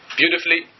beautifully